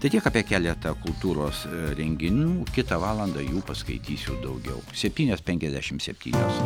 tai tiek apie keletą kultūros renginių kitą valandą jų paskaitysiu daugiau septynios penkiasdešim septynios